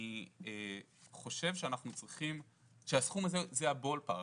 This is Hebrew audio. אני חושב שהסכום הזה זה ה-ballpark,